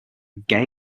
gay